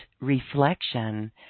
reflection